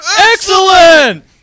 Excellent